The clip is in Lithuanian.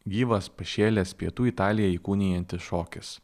gyvas pašėlęs pietų italiją įkūnijantis šokis